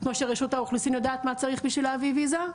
כמו שרשות האוכלוסין יודעת מה צריך כדי להביא ויזה?